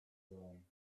sein